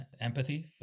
empathy